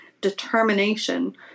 determination